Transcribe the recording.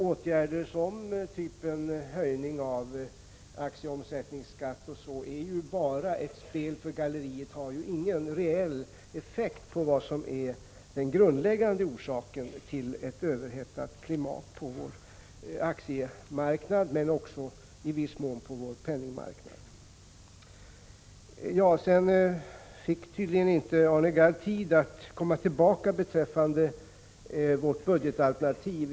Åtgärder som höjningen av aktieomsättningsskatten är ju bara ett spel för galleriet och har inte någon reell effekt på det som är den grundläggande orsaken till ett överhettat klimat på vår aktiemarknad och också i viss mån på vår penningmarknad. Arne Gadd fick tydligen inte tid att återkomma till vårt budgetalternativ.